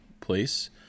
place